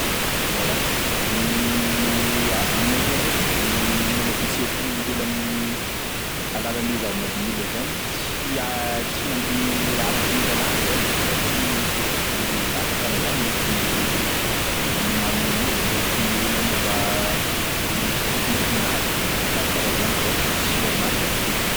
Ieoa a- aminakay ndraiky manova fihetsepon'olombelo amin'ny alalan'ny zava-mahadomelina zany tsy a- tsy mandeha araky ny lalàna zany satria i zaka karazany mety mamono olo, mety manova i fitempon'ny fonazy karakaraha zany donc izy tsy normal zany.